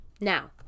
now